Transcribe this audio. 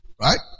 Right